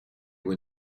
were